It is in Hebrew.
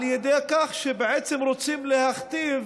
על ידי כך שבעצם רוצים להכתיב